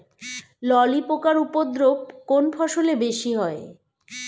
ললি পোকার উপদ্রব কোন ফসলে বেশি হয়?